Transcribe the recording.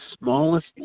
smallest